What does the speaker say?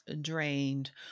drained